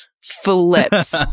Flips